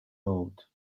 road